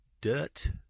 dirt